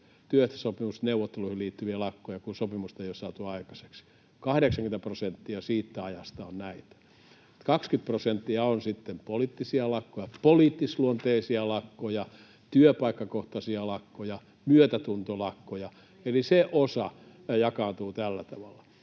työehtosopimusneuvotteluihin liittyviä lakkoja, kun sopimusta ei ole saatu aikaiseksi. 80 prosenttia siitä ajasta on näitä. 20 prosenttia on sitten poliittisia lakkoja, poliittisluonteisia lakkoja, työpaikkakohtaisia lakkoja, myötätuntolakkoja, eli se jakaantuu tällä tavalla.